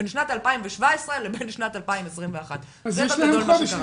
בין שנת 2017 לבין שנת 2021. זה בגדול מה שקרה.